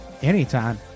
Anytime